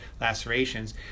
lacerations